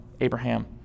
Abraham